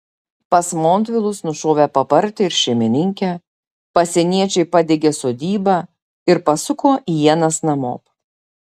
pas montvilus nušovę papartį ir šeimininkę pasieniečiai padegė sodybą ir pasuko ienas namop